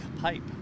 pipe